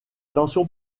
tensions